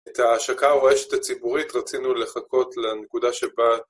את ההשקה ורשת הציבורית רצינו לחכות לנקודה שבה